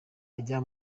ajya